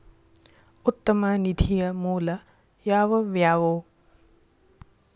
ಉತ್ತಮ ನಿಧಿಯ ಮೂಲ ಯಾವವ್ಯಾವು?